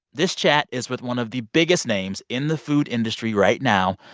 this chat is with one of the biggest names in the food industry right now,